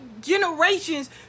generations